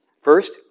First